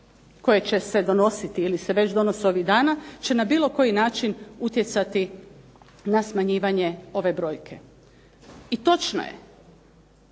koje će se donositi ili se donese već ovih dana, će na bilo koji način utjecati na smanjivanje ove brojke. I točno je